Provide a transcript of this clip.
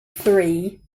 three